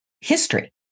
history